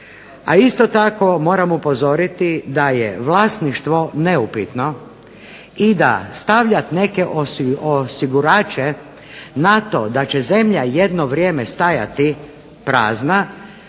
A isto tako moram upozoriti da je vlasništvo neupitno i da stavljat neke osigurače na to da će zemlja jedno vrijeme stajati prazna